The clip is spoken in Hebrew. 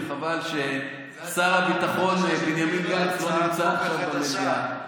וחבל ששר הביטחון בנימין גנץ לא נמצא פה במליאה.